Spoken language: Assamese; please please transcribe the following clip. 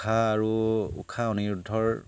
উষা আৰু উষা অনিৰুদ্ধৰ